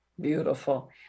beautiful